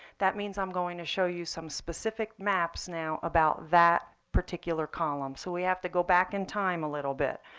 that means i'm going to show you some specific maps now about that particular column. so we have to go back in time a little bit.